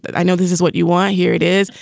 but i know this is what you want. here it is.